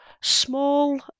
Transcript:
small